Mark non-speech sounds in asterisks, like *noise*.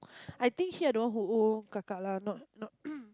I think here I don't want to owe Kaka lah not not *noise*